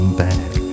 back